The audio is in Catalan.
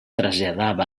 traslladar